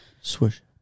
Swish